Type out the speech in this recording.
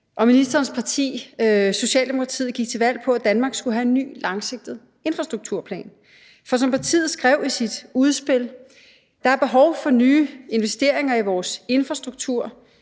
ministerens parti, Socialdemokratiet, gik til valg på, at Danmark skulle have en ny langsigtet infrastrukturplan. For som partiet skrev i sit udspil: »Der er behov for nye investeringer i vores infrastruktur.